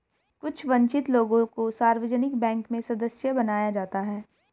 कुछ वन्चित लोगों को सार्वजनिक बैंक में सदस्य बनाया जाता है